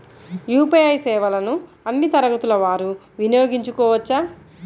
UPI సేవలని అన్నీ తరగతుల వారు వినయోగించుకోవచ్చా?